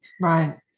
Right